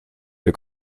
der